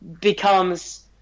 becomes